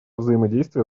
взаимодействие